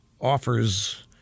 offers